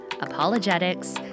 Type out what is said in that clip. apologetics